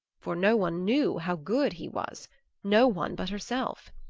for no one knew how good he was no one but herself.